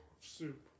soup